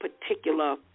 particular